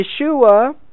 Yeshua